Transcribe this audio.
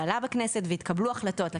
הוא עלה בכנסת והתקבלו בו החלטות.